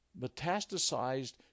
metastasized